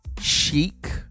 Chic